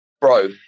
bro